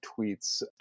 tweets